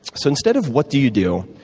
so instead of, what do you do?